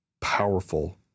powerful